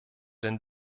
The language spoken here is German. den